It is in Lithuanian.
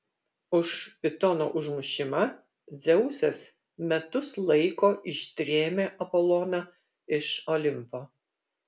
už pitono užmušimą dzeusas metus laiko ištrėmė apoloną iš olimpo